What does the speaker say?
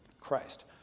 Christ